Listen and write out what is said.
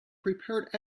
prepared